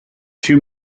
too